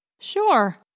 Sure